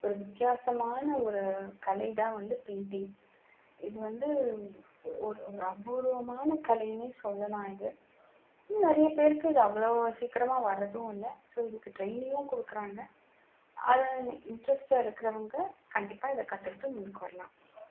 ஒரு வித்தியாசமான ஒரு கலை தான் வந்து பெயிண்டிங் இது வந்து ஒரு ஒரு அபூர்வமான கலைன்னே சொல்லலாம் இது நிறைய பேருக்கு இது அவ்வளவு சீக்கரமா வரதும் இல்லை ஸோ இதுக்கு ட்ரைனிங்கும் கொடுக்குறாங்க அது இன்ட்ரெஸ்ட்டு இருக்கிறவங்க கண்டிப்பாக இதை கற்றுக்கிட்டு முன்னுக்கு வரலாம்